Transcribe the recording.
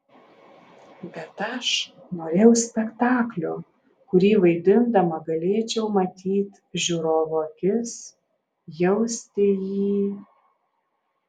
bet aš norėjau spektaklio kurį vaidindama galėčiau matyt žiūrovo akis jausti jį